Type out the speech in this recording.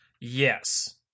Yes